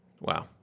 Wow